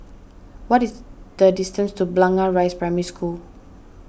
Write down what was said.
what is the distance to Blangah Rise Primary School